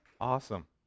Awesome